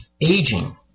aging